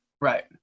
Right